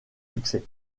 succès